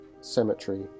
cemetery